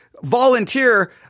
volunteer